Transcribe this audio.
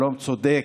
שלום צודק,